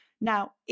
Now